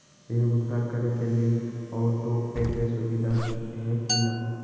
ऋण भुगतान करे के लिए ऑटोपे के सुविधा है की न?